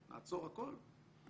עצור הכול,